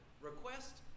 Request